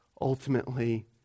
Ultimately